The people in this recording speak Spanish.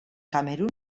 camerún